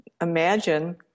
imagine